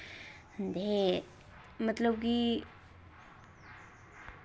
ते मतलब कि